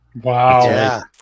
Wow